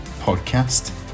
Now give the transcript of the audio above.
podcast